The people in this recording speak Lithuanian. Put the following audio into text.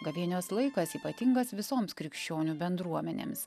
gavėnios laikas ypatingas visoms krikščionių bendruomenėms